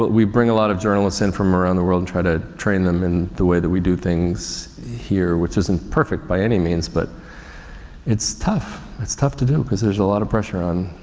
we bring a lot of journalists in from around the world and try to train them in the way that we do things here which isn't perfect by any means but it's tough. it's tough to do because there's a lot of pressure on,